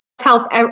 help